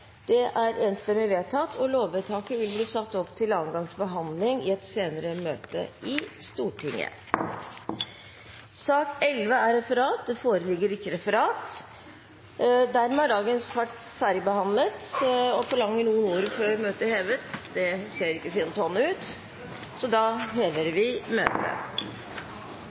Det voteres over lovens overskrift og loven i sin helhet Lovvedtaket vil bli satt opp til andre gangs behandling i et senere møte i Stortinget. Det foreligger ikke noe referat. Dermed er dagens kart ferdigbehandlet. Forlanger noen ordet før møtet heves? – Det ser ikke slik ut.